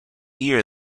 year